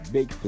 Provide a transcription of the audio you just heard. Big